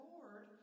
Lord